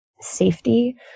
safety